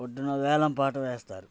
ఒడ్డున వేలంపాట వేస్తారు